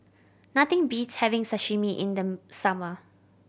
nothing beats having Sashimi in the summer